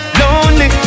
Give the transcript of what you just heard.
lonely